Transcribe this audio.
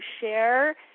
share